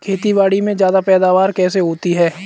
खेतीबाड़ी में ज्यादा पैदावार कैसे होती है?